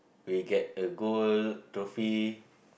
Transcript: we get a gold trophy